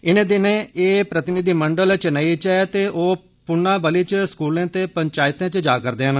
इनें दिनें एह् प्रतिनिधिमंडल चेन्नेई च ऐ ते ओह् पुनावली च स्कूलें ते पंचैतें च जा'रदे न